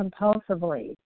compulsively